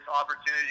opportunity